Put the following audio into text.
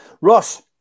Ross